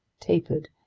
tapered,